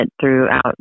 throughout